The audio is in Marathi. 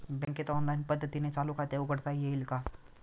बँकेत ऑनलाईन पद्धतीने चालू खाते उघडता येईल का?